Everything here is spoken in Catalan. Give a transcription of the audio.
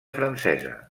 francesa